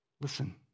Listen